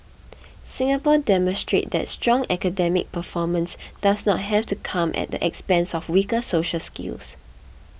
Singapore demonstrates that strong academic performance does not have to come at the expense of weaker social skills